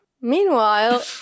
Meanwhile